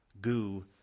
goo